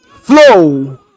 flow